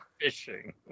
fishing